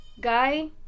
guy